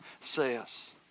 says